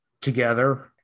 together